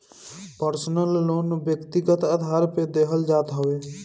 personal loan व्यक्तिगत आधार पे देहल जात हवे